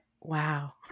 wow